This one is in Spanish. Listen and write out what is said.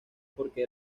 porque